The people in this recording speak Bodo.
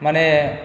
माने